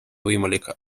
võimalik